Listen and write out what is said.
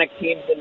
teams